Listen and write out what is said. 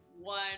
one